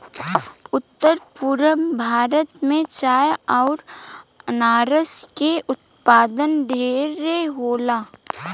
उत्तर पूरब भारत में चाय अउर अनारस के उत्पाद ढेरे होला